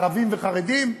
ערבים וחרדים,